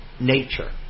nature